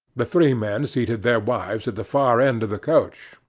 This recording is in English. the three men seated their wives at the far end of the coach,